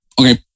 Okay